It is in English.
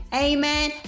Amen